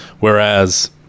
Whereas